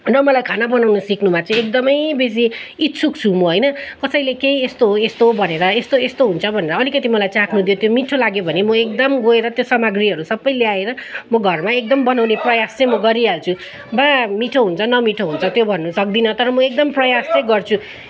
न मलाई मलाई खाना बनाउनु सिक्नुमा चाहिँ एकदमै बेसी इच्छुक छु म होइन कसैले केही यस्तो हो यस्तो हो भनेर है यस्तो यस्तो हुन्छ भनेर अलिकति मलाई चाख्नु दियो त्यो मिठो लाग्यो भने म एकदम गएर त्यो सामग्रीहरू सबै ल्याएर म घरमा एकदम बनाउने प्रयास चाहिँ म गरिहाल्छु बा मिठो हुन्छ नमिठो हुन्छ त्यो भन्नु सक्दिनँ तर म एकदम प्रयास चाहिँ गर्छु